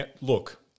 Look